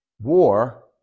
war